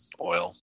oil